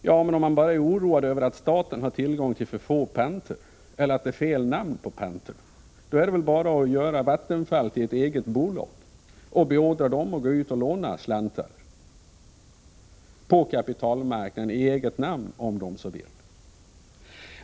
Ja, om man bara är oroad över att staten har tillgång till för få panter eller att det är fel namn på panterna är det väl bara att göra Vattenfall till ett eget bolag och beordra det att gå ut och låna slantar på kapitalmarknaden — i eget namn om man så vill.